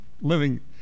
living